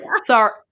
sorry